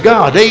God